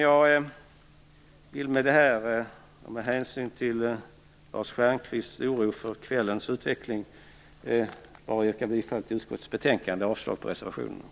Jag vill med detta, och med hänsyn till Lars Stjernkvist oro för kvällens utveckling, yrka bifall till utskottets hemställan i betänkandet och avslag på reservationerna.